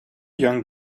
young